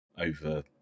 over